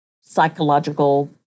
psychological